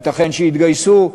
ייתכן שיתגייסו,